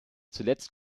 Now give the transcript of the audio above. zuletzt